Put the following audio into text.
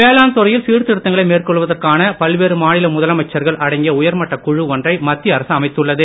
வேளாண் துறையில் சீர்த்திருத்தங்களை மேற்கொள்வதற்கான பல்வேறு மாநில முதலமைச்சர் அடங்கிய உயர்மட்டக் குழு ஒன்றை மத்திய அரசு அமைத்துள்ளது